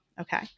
Okay